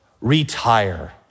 retire